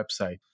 website